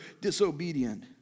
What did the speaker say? disobedient